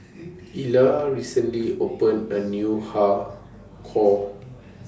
Ila recently opened A New Har Kow